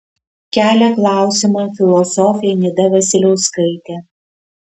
kelia klausimą filosofė nida vasiliauskaitė